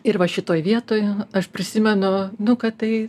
ir va šitoj vietoj aš prisimenu nu kad tai